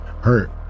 hurt